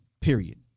period